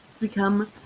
become